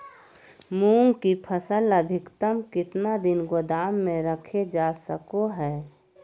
मूंग की फसल अधिकतम कितना दिन गोदाम में रखे जा सको हय?